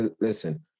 listen